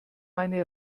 meine